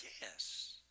yes